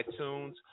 itunes